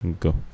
Go